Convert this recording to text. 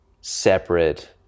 separate